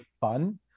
fun